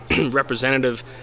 representative